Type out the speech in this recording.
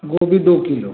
गोभी दो किलो